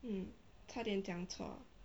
mm 差点讲错